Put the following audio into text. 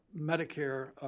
Medicare